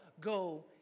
Go